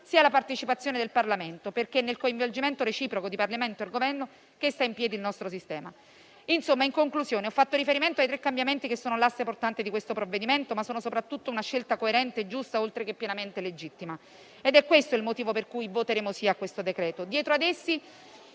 sia la partecipazione del Parlamento, perché è nel coinvolgimento reciproco di Parlamento e Governo che sta in piedi il nostro sistema. In conclusione, ho fatto riferimento ai tre cambiamenti che sono l'asse portante di questo provvedimento, ma sono soprattutto una scelta coerente e giusta, oltre che pienamente legittima. È questo il motivo per cui voteremo a favore